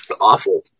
awful